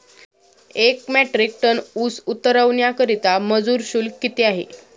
एक metric tonne ऊस उतरवण्याकरता मजूर शुल्क किती आहे?